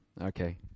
Okay